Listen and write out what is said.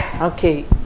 Okay